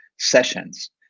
sessions